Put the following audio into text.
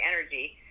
energy